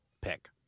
pick